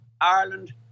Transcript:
Ireland